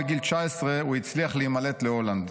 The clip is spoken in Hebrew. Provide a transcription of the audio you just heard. המלחמה, בגיל 19, הוא הצליח להימלט להולנד